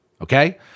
okay